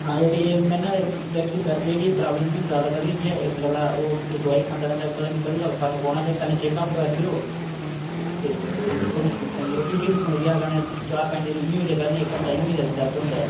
हां एह् बी ऐ मैह्ने जानि कि दर्द जेह्ड़ी प्राब्लम मी जैदा बधी दी ऐ इक गल्ला ओ दोआई खंदे खंदे पता निं कदूं तक फर्क पौना ते पैह्ले चैक्क अप करी लेओ ते थोह्ड़ी रुट्टी वुट्टी बी खलोई जा कन्नै चार पंज दिन इ'यां होई गेदे पैह्ले इक हफ्ता इ'यां होई दा दर्द होंदे